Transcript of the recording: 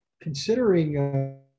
considering